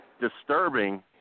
disturbing